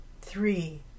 Three